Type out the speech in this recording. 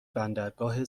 بندرگاه